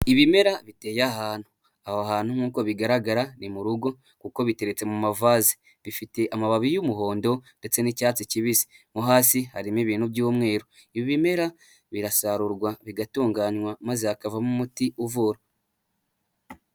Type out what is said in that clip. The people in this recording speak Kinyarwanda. ibimera biteye ahantu aho hantu nk'uko bigaragara ni mu rugo kuko biteretse mu mavaze bifite amababi y'umuhondo ndetse n'icyatsi kibisi nko hasi harimo ibintu by'umweru ibimera birasarurwa bigatunganywa maze hakavamo umuti uvura.